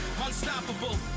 unstoppable